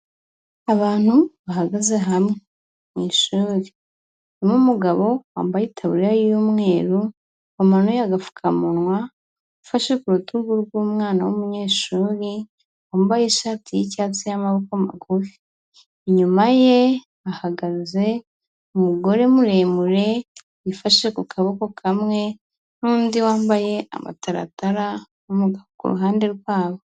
Abantu bahagaze hamwe mu ishuri, n'umugabo wambaye itaburiya y'umweru wamanuye agapfukamunwa, ufashe ku rutugu rw'umwana w'umunyeshuri wambaye ishati y'icyatsi y'amaboko magufi, inyuma ye hahagaze umugore muremure wifashe ku kaboko kamwe, n'undi wambaye amataratara ku ruhande rwabo.